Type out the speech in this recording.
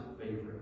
favorite